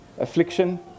affliction